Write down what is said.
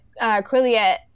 Quilliet